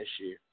issue